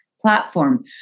platform